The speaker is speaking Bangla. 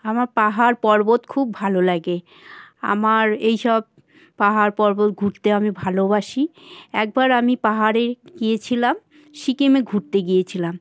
আমার পাহাড় পর্বত খুব ভালো লাগে আমার এই সব পাহাড় পর্বত ঘুরতে আমি ভালোবাসি একবার আমি পাহাড়ে গিয়েছিলাম সিকিমে ঘুরতে গিয়েছিলাম